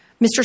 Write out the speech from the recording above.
Mr